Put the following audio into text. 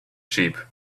sheep